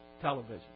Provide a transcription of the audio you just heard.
television